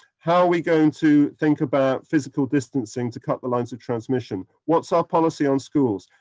how are we going to think about physical distancing to cut the lines of transmission? what's our policy on schools?